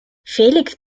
felix